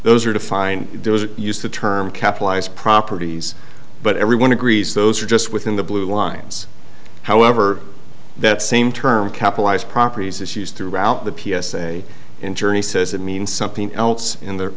those are to find those used the term capitalized properties but everyone agrees those are just within the blue lines however that same term capitalized properties issues throughout the p s a in journey says it means something else in the